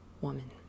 woman